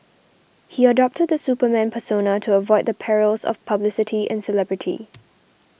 he adopted the Superman persona to avoid the perils of publicity and celebrity